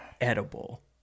edible